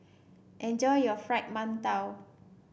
enjoy your Fried Mantou